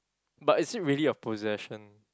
but is it really a possession